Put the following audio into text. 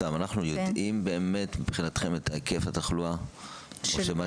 אנחנו יודעים באמת מבחינתכם את היקף התחלואה או?